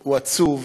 הוא עצוב,